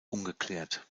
ungeklärt